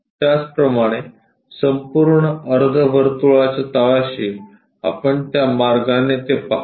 त्याचप्रमाणे संपूर्ण अर्धवर्तुळाच्या तळाशी आपण त्या मार्गाने ते पाहू